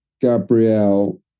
Gabrielle